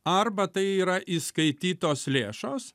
arba tai yra įskaitytos lėšos